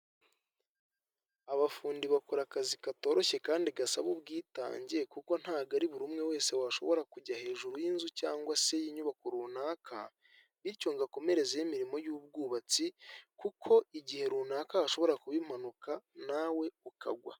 Abafundi bakora akazi katoroshye kandi gasaba ubwitange kuko ntabwo ari buri umwe wese washobora kujya hejuru y'inzu cyangwa se y'inyubako runaka bityo ngo akomerezeho imirimo y'ubwubatsi kuko igihe runaka hashobora kuba impanuka nawe ukagwa.